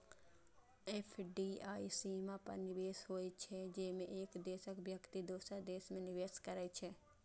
FDI सीमा पार निवेश होइ छै, जेमे एक देशक व्यक्ति दोसर देश मे निवेश करै छै